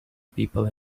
people